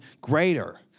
greater